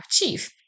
achieve